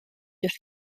wrth